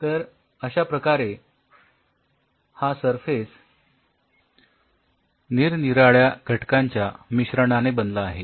तर अश्या प्रकारे हा सरफेस निरनिराळ्या घटकांच्या मिश्रणाने बनला आहे